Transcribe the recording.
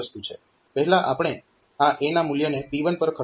પહેલા આપણે આ A ના મૂલ્યને P1 પર ખસેડવું પડશે